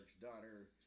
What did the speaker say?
daughter